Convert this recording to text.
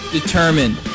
determined